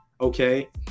okay